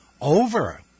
over